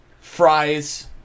fries